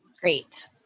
great